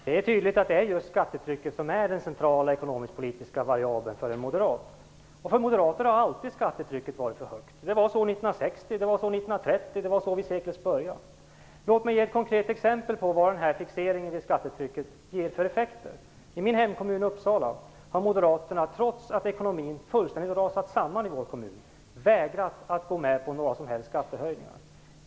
Herr talman! Det är tydligt att just skattetrycket är den centrala ekonomisk-politiska variabeln för en moderat. För moderater har skattetrycket alltid varit för högt. Det var så 1960, 1930 och vid seklets början. Låt mig ge ett konkret exempel på vad fixeringen vid skattetrycket ger för effekter. I min hemkommun Uppsala har moderaterna - trots att ekonomin fullständigt rasat samman - vägrat att gå med på någon som helst skattehöjning.